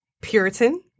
Puritan